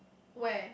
where